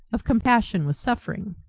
of compassion with suffering.